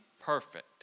perfect